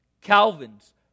Calvin's